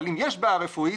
אבל אם יש בעיה רפואית,